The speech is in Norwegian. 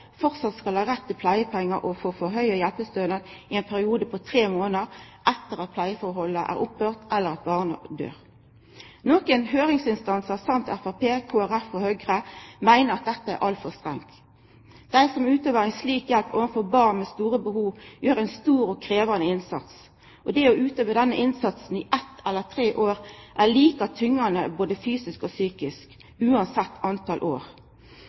skal ein ha rett til pleiepengar og auka hjelpestønad i ein periode på tre månader etter at pleieforholdet er avslutta fordi barnet dør. Nokre høyringsinstansar og Framstegspartiet, Kristeleg Folkeparti og Høgre meiner at dette er altfor strengt. Dei som utøver ei slik hjelp overfor barn med store behov, gjer ein stor og krevjande innsats. Det å gjera denne innsatsen i eitt eller tre år er like tyngande både fysisk og psykisk – uansett talet på år.